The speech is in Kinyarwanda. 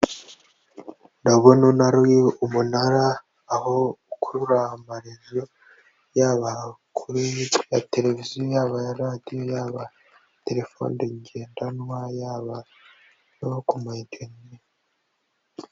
Ndabona umunara aho ukurura amarezo yaba kuri ya televiziyo yaba aya radiyo yaba telefoni ngendanwa yaba ayo kuma interinete.